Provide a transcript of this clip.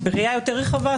בראייה יותר רחבה,